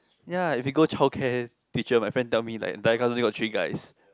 ya if you go childcare teacher my friend tell me like the entire class only got three guys